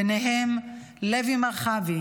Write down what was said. ביניהם לוי מרחבי,